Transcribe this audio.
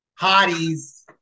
Hotties